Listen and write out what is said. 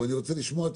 אבל אני רוצה לשמוע,